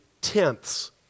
tenths